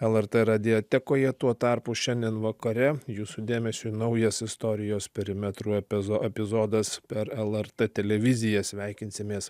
lrt radiotekoje tuo tarpu šiandien vakare jūsų dėmesiui naujas istorijos perimetru efezo epizodas per lrt televiziją sveikinsimės